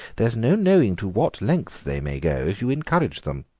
there's no knowing to what lengths they may go if you encourage them.